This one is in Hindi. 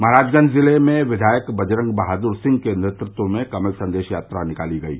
महराजगंज जिले में विघायक बजरंग बहादुर सिंह के नेतृत्व में कमल संदेश यात्रा निकाली गयी